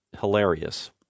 hilarious